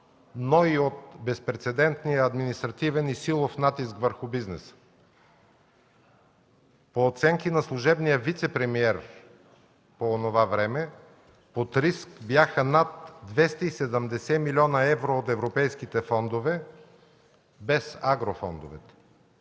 но и от безпрецедентния административен и силов натиск върху бизнеса. По оценки на служебния вицепремиер по онова време под риск бяха над 270 млн. евро от европейските фондове, без агрофондовете.